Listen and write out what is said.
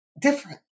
different